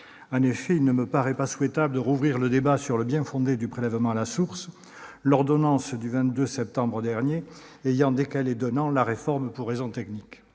2017. Il ne me paraît pas souhaitable de rouvrir le débat sur le bien-fondé du prélèvement à la source, l'ordonnance du 22 septembre 2017 ayant décalé d'un an la réforme pour raisons techniques.